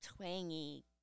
twangy